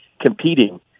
competing